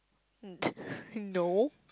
um no